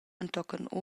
entochen